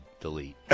delete